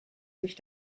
sich